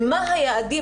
ומה היעדים,